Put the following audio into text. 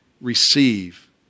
receive